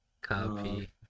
Copy